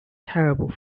terrible